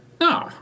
No